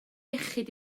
iechyd